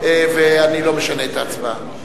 ואני לא משנה את ההצבעה.